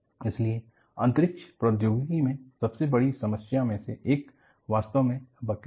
इसलिए अंतरिक्ष प्रौद्योगिकी में सबसे बड़ी समस्या में से एक वास्तव में बकलिंग है